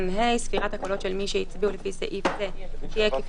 "(ה)ספירת הקולות של מי שהצביעו לפי סעיף זה תהיה כפי